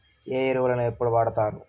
ఏ ఎరువులని ఎప్పుడు వాడుతారు?